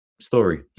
story